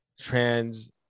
trans